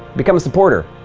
become a supporter.